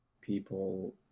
people